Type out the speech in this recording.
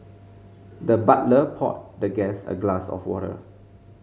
the butler poured the guest a glass of water